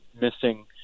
missing